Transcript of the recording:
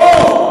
לא.